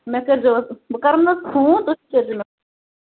مےٚ کٔرۍزیٚو حظ بہٕ کرہو نا حظ فون تُہۍ تہِ کٔرۍزیٚو مےٚ